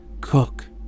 Cook